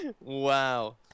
Wow